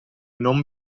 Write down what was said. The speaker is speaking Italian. non